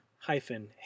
hyphen